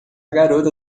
garota